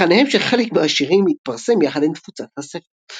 לחניהם של חלק מהשירים התפרסם יחד עם תפוצת הספר.